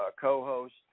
co-host